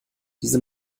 diese